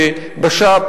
בבש"פ